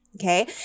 Okay